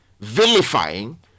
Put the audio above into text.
vilifying